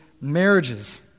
marriages